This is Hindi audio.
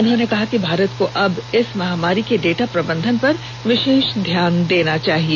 उन्होंने कहा कि भारत को अब इस महामारी के डेटा प्रबंधन पर विशेष ध्यान देना चाहिए